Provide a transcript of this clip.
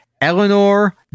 eleanor